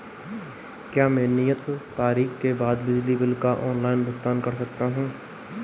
क्या मैं नियत तारीख के बाद बिजली बिल का ऑनलाइन भुगतान कर सकता हूं?